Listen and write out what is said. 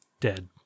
dead